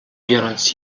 biorąc